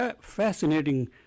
fascinating